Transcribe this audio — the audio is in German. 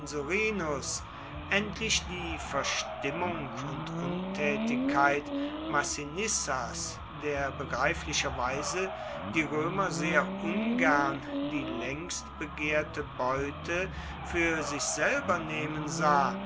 endlich die verstimmung und untätigkeit massinissas der begreiflicherweise die römer sehr ungern die längst begehrte beute für sich selber nehmen sah